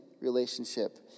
relationship